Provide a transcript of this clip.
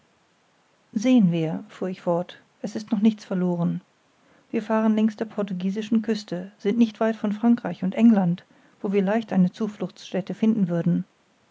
sehen wir fuhr ich fort es ist noch nichts verloren wir fahren längs der portugiesischen küste sind nicht weit von frankreich und england wo wir leicht eine zufluchtsstätte finden würden